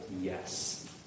yes